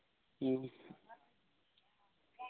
ᱦᱩᱸ